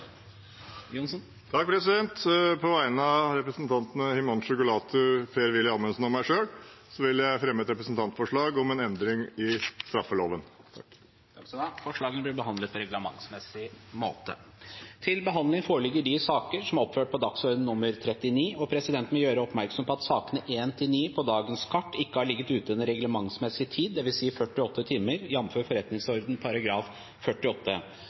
På vegne av representantene Himanshu Gulati, Per-Willy Amundsen og meg selv vil jeg fremme et representantforslag om endring i straffeloven. Forslagene vil bli behandlet på reglementsmessig måte. Presidenten vil gjøre oppmerksom på at sakene nr. 1–9 på dagens kart ikke har ligget ute i den reglementsmessige tid, dvs. 48 timer, jf. forretningsordenens § 46. Presidenten vil likevel foreslå at sakene